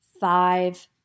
five